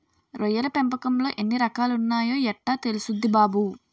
రొయ్యల పెంపకంలో ఎన్ని రకాలున్నాయో యెట్టా తెల్సుద్ది బాబూ?